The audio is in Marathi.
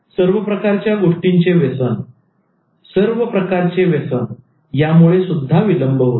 सर्व प्रकारच्या गोष्टींचे व्यसन सर्व प्रकारचे व्यसन यामुळेसुद्धा विलंब होतो